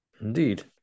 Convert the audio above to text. Indeed